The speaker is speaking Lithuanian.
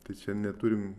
tai čia neturim